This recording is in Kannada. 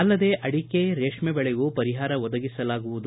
ಅಲ್ಲದೇ ಅಡಿಕೆ ರೇಷ್ಮೆ ಬೆಳೆಗೂ ಪರಿಹಾರ ಒದಗಿಸಲಾಗುವುದು